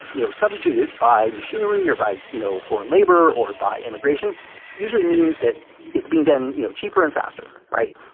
you know, substituted by machinery or by, you know, foreign labor or by immigration, it usually means that it's being done, you know, cheaper and faster, right?